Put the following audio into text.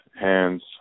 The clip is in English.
hands